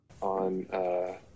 On